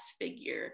figure